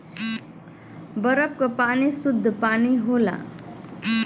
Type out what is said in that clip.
बरफ क पानी सुद्ध पानी होला